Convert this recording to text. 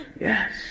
Yes